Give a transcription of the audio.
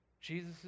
Jesus